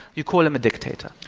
you call them a dictator.